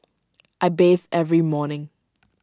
I bathe every morning